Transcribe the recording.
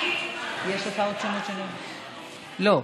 לא.